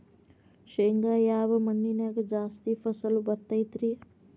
ಶೇಂಗಾ ಯಾವ ಮಣ್ಣಿನ್ಯಾಗ ಜಾಸ್ತಿ ಫಸಲು ಬರತೈತ್ರಿ?